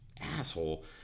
asshole